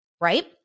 right